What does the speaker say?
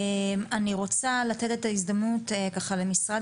אני רוצה לתת את ההזדמנות למשרד